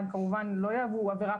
הם כמובן לא יהוו עבירה פלילית,